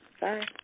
Bye